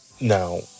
Now